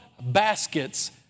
baskets